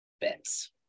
bits